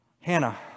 Hannah